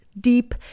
deep